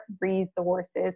resources